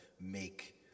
make